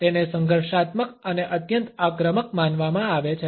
તેને સંઘર્ષાત્મક અને અત્યંત આક્રમક માનવામાં આવે છે